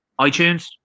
iTunes